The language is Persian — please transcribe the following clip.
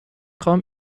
خوام